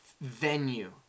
venue